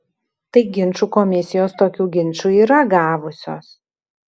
tai ginčų komisijos tokių ginčų yra gavusios